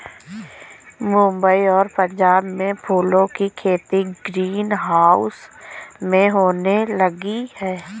मुंबई और पंजाब में फूलों की खेती ग्रीन हाउस में होने लगी है